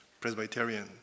Presbyterian